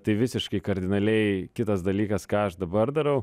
tai visiškai kardinaliai kitas dalykas ką aš dabar darau